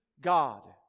God